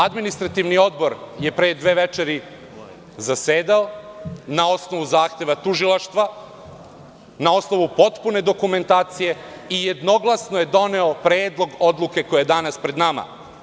Administrativni odbor je pre dve večeri zasedao na osnovu zahteva tužilaštva, na osnovu potpune dokumentacije i jednoglasno je doneo predlog odluke koja je danas pred nama.